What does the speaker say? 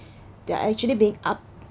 they are actually being